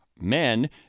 men